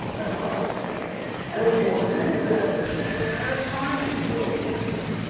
that will not always be the case. and it was yours. and it is a charming little bookstore.